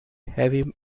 heavy